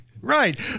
right